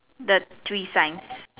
the three signs